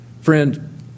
Friend